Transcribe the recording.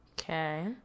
Okay